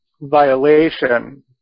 violation